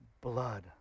blood